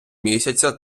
місяця